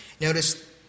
Notice